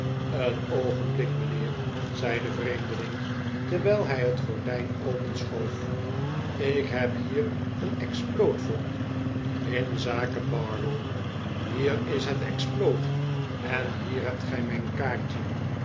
eeri oogenblik mijnheer zei de vreemdeling terwijl hij het gordijn openschoof ik heb hier een exploot voor u in zake bardell hier is het exploot en hier hebt gij mijn kaartje